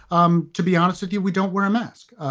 um to be honest with you, we don't wear a mask.